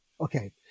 Okay